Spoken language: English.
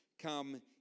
come